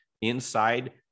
inside